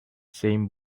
same